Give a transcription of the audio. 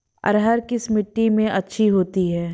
अरहर किस मिट्टी में अच्छी होती है?